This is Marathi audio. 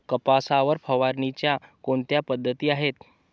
कापसावर फवारणीच्या कोणत्या पद्धती आहेत?